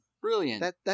Brilliant